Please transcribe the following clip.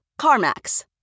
Carmax